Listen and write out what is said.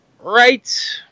Right